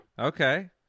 Okay